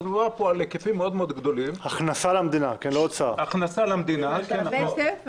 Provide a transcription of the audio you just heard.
על היקפים מאוד גדולים של הכנסה למדינה ממשאבי טבע